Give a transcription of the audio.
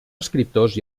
escriptors